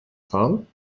fahren